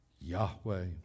Yahweh